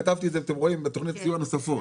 אתם רואים, כתבתי את זה בתוכניות סיוע נוספות.